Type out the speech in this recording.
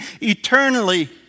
eternally